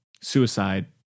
suicide